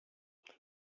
els